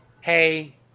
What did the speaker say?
hey